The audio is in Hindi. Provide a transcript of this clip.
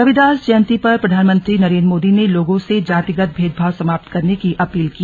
रविदास जयंती पर प्रधानमंत्री नरेंद्र मोदी ने लोगों से जातिगत भेदभाव समाप्त करने की अपील की